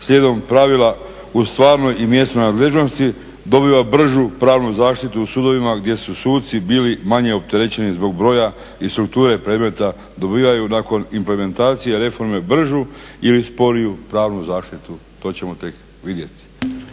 slijedom pravila u stvarnoj i mjesnoj nadležnosti dobiva bržu pravnu zaštitu u sudovima gdje su suci bili manje opterećeni zbog broja i strukture predmeta dobivaju nakon implementacije reforme bržu ili sporiju pravnu zaštitu? To ćemo tek vidjeti,